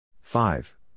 Five